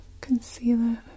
concealer